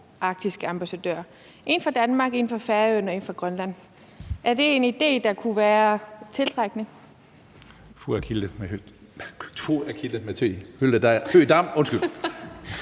en fra Danmark, en fra Færøerne og en fra Grønland? Er det en idé, der kunne være tiltrækkende? Kl. 16:49 Tredje